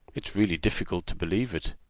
it's really difficult to believe it.